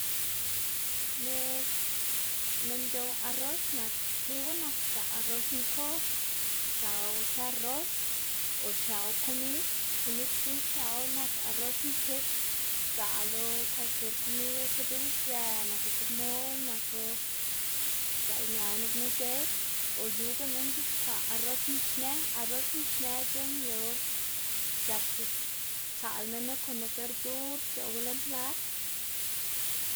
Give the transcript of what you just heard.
neꞌg minn c̲h̲ow arroz nak tibu nak xiaꞌ arroz nkob, xiaꞌwu te arroz o xiaꞌwu komid, komid guꞌn xiaꞌwu nak arroz nkits, sdzaꞌlo kwalkier komid ti biꞌlzë naku mol naku sdzaꞌlñawu nup nizëd o yuga minn c̲h̲ixkwaꞌ arroz nixnë arroz nixnë c̲h̲eꞌn yu or c̲h̲ak stsaꞌl minnu kon nup berdur xc̲h̲oꞌbu lën plat.